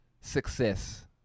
success